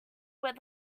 where